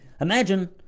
Imagine